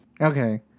Okay